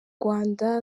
rwanda